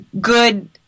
good